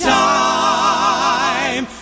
time